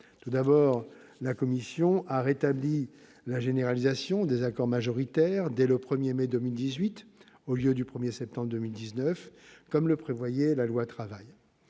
Tout d'abord, la commission a rétabli la généralisation des accords majoritaires dès le 1 mai 2018, au lieu du 1 septembre 2019, comme le prévoyait la loi Travail.